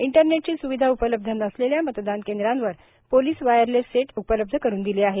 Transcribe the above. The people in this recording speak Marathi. इंटरनेटची सुविधा उपलब्ध नसलेल्या मतदान केंद्रांवर पोलीस वायरलेस सेट उपलब्ध करून दिले आहे